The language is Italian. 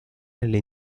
nelle